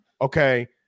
Okay